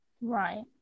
right